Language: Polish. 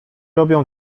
robią